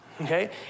okay